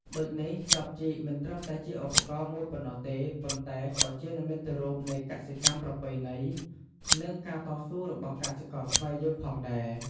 ដូចនេះ ចបជីកមិនត្រឹមតែជាឧបករណ៍មួយប៉ុណ្ណោះទេ ប៉ុន្តែក៏ជា និមិត្តរូបនៃកសិកម្មប្រពៃណី និងការតស៊ូរបស់កសិករខ្មែរយើងផងដែរ។